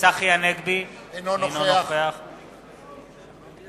אינו נוכח רוני בר-און,